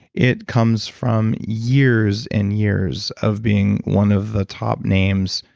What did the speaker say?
it comes from years and years of being one of the top names,